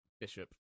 Bishop